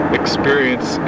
experience